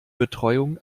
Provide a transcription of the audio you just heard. betreuung